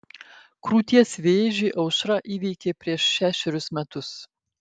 krūties vėžį aušra įveikė prieš šešerius metus